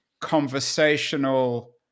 conversational